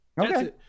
Okay